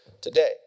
today